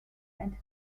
entered